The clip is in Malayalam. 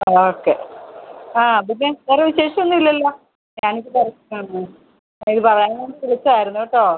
ഓക്കെ ആ പിന്നെ വേറെ വിശേഷം ഒന്നും ഇല്ലല്ലോ ഞാനിപ്പോൾ തിരക്കാണ് ഞാൻ ഇത് പറയാൻ വേണ്ടി വിളിച്ചതായിരുന്നു കേട്ടോ